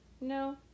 No